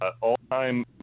all-time